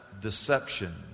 deception